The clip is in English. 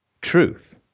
truth